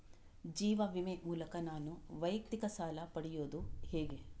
ಜೀವ ವಿಮೆ ಮೂಲಕ ನಾನು ವೈಯಕ್ತಿಕ ಸಾಲ ಪಡೆಯುದು ಹೇಗೆ?